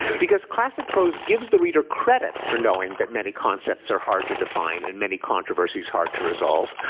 because classic prose gives the reader credit for knowing that many concepts are hard to define and many controversies hard to resolve.